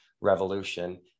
Revolution